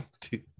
dude